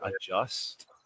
adjust